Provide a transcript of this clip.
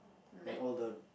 and all the